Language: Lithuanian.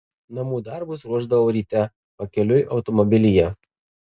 namų darbus ruošdavau ryte pakeliui automobilyje